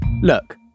Look